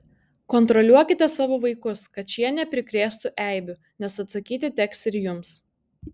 kontroliuokite savo vaikus kad šie neprikrėstų eibių nes atsakyti teks ir jums